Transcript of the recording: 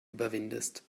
überwindest